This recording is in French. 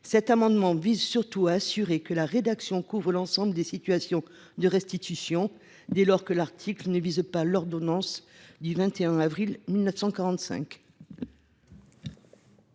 Cet amendement vise surtout à s’assurer que la rédaction couvre l’ensemble des situations de restitution, dès lors que l’article ne vise pas l’ordonnance du 21 avril 1945.